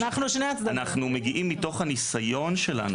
אנחנו מגיעים מתוך הניסיון שלנו,